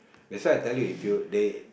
that's why I tell you if you they